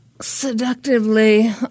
seductively